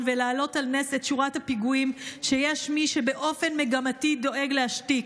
ולהעלות על נס את שורת הפיגועים שיש מי שבאופן מגמתי דואג להשתיק.